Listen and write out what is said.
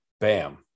bam